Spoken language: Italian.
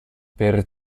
per